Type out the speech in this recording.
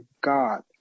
God